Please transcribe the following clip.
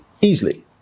easily